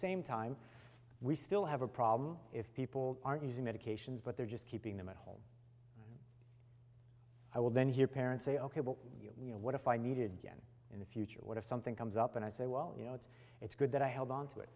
same time we still have a problem if people aren't using medications but they're just keeping them at home i would then hear parents say ok well you know what if i needed to get in the future what if something comes up and i say well you know it's it's good that i held onto it